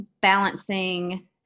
balancing